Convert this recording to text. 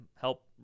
help